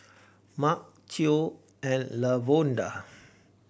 Marc Theo and Lavonda